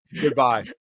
Goodbye